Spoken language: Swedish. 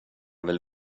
vill